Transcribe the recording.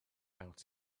out